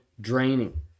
draining